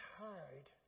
hide